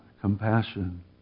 compassion